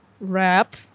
Wrap